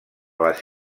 les